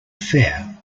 fair